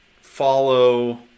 follow